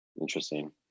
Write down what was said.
Interesting